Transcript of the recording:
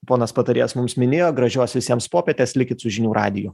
ponas patarėjas mums minėjo gražios visiems popietės likit su žinių radiju